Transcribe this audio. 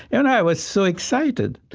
and i was so excited.